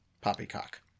poppycock